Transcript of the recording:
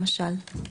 למשל.